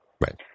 Right